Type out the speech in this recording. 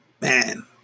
man